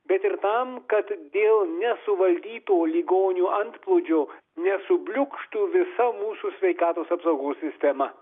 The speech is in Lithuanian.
bet ir tam kad dėl nesuvaldytų ligonių antplūdžio nesubliūkštų visa mūsų sveikatos apsaugos sistema